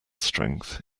strength